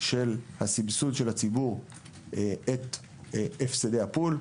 של סבסוד הציבור את הפסדי הפול.